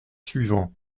suivants